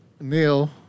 Neil